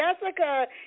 Jessica